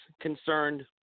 concerned